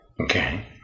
Okay